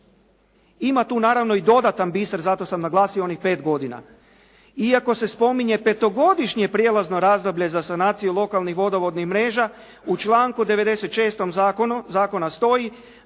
Ima tu naravno i dodatan biser zato sam naglasio onih 5 godina. Iako se spominje petogodišnje prijelazno razdoblje za sanaciju lokalnih vodovodnih mreža u članku 96. zakona stoji,